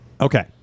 okay